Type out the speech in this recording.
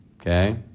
Okay